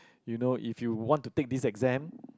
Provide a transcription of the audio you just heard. you know if you want to take this exam